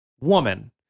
woman